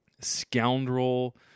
scoundrel